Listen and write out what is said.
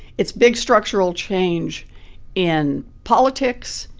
it's big structural change in politics,